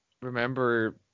remember